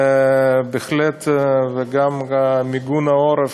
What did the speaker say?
גם מיגון העורף,